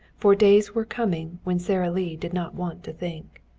for days were coming when sara lee did not want to think.